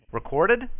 Recorded